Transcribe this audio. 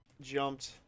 jumped